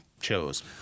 Chose